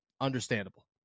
Understandable